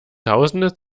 tausende